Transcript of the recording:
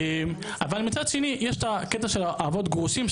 אבל מצד שני יש את הקטע של האבות הגרושים.